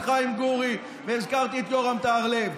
את חיים גורי ואת יורם טהרלב,